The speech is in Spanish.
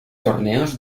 torneos